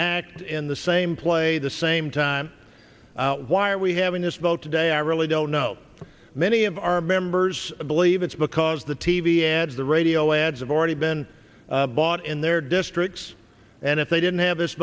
act in the same play the same time why are we having this vote today i really don't know many of our members believe it's because the t v ads the radio ads have already been bought in their districts and if they didn't have this